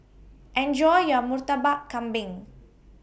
Enjoy your Murtabak Kambing